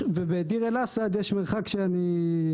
ובדיר אל אסד יש מרחק יריקה.